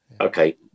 okay